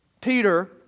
Peter